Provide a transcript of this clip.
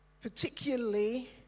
particularly